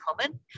common